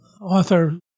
author